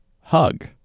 Hug